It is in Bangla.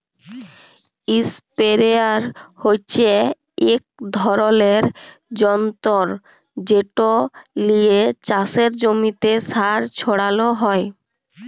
ইসপেরেয়ার হচ্যে এক ধরলের যন্তর যেট লিয়ে চাসের জমিতে সার ছড়ালো হয়